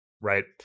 right